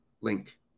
link